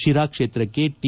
ಶಿರಾ ಕ್ಷೇತ್ರಕ್ಕೆ ಟಿ